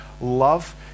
love